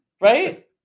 Right